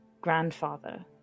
grandfather